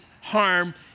harm